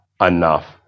enough